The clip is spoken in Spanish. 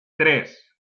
tres